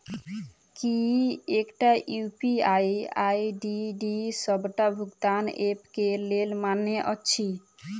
की एकटा UPI ID D सबटा भुगतान ऐप केँ लेल मान्य अछि?